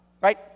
right